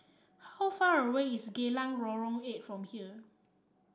how far away is Geylang Lorong Eight from here